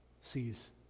sees